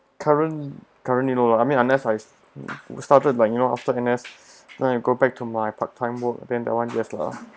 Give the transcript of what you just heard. current current you know lah I mean unless I've we've started like you know after N_S then I go back to my part time work then that [one] yes lah